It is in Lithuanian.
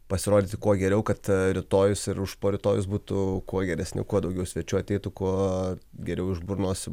pasirodyti kuo geriau kad rytojus ir užporytojus būtų kuo geresni kuo daugiau svečių ateitų kuo geriau iš burnos